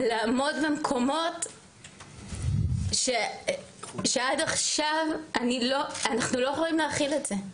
לעמוד במקומות שעד עכשיו אנחנו לא יכולים להכיל את זה.